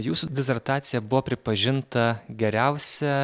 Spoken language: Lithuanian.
jūsų disertacija buvo pripažinta geriausia